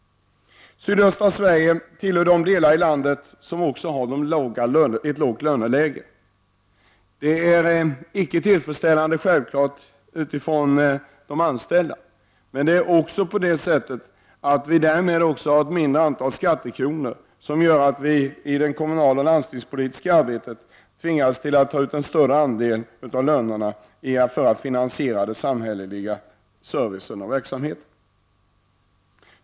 Sydöstra Sverige tillhör de delar av landet som också har ett lågt löneläge. Det är självfallet inte tillfredsställande från de anställdas synpunkt. Men vi får därmed också ett mindre antal skattekronor, vilket gör att vi i det kommunaloch landstingspolitiska arbetet tvingas ta ut en större andel av lönerna för att finansiera den samhälleliga servicen och verksamheten.